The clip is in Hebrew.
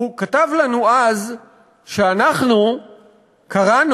הוא כתב לנו אז שאנחנו קראנו